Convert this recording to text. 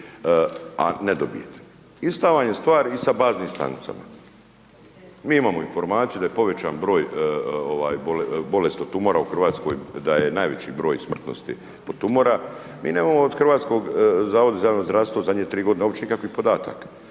a ne dobijete. Ista vam je stvar i sa baznim stanicama. Mi imamo informaciju da je povećan broj bolesti tumora u RH, da je najveći broj smrtnosti od tumora. Mi nemamo od Hrvatskog zavoda za javno zdravstvo zadnje tri godine uopće nikakvih podataka.